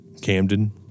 Camden